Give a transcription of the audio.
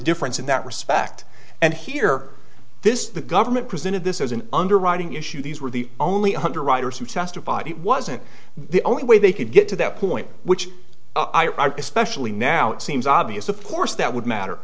difference in that respect and here this the government presented this as an underwriting issue these were the only underwriters who testified it wasn't the only way they could get to that point which especially now it seems obvious of course that would matter